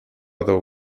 other